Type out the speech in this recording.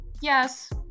yes